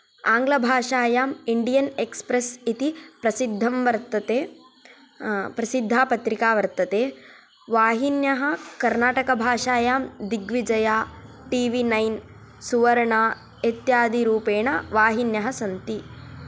आंग्लभाषायां Indian Express इति प्रसिद्धं वर्तते प्रसिद्धापत्रिका वर्तते वाहिन्यः कर्नाटकभाषायां Digvijaya T V nine Suvarna इत्यादिरूपेण वाहिन्यः सन्ति